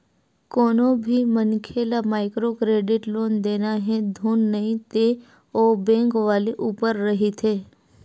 कोनो भी मनखे ल माइक्रो क्रेडिट लोन देना हे धुन नइ ते ओ बेंक वाले ऊपर रहिथे